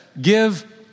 Give